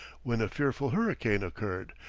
when a fearful hurricane occurred,